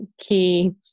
key